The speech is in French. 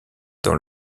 dans